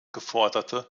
geforderte